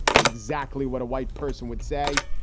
exactly what a white person would say.